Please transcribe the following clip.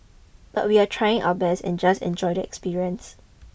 but we're trying our best and just enjoy the experience